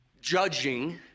judging